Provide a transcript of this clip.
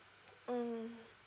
mm